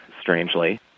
strangely